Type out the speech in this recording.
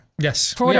Yes